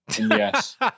Yes